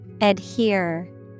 Adhere